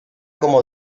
como